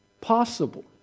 possible